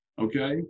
okay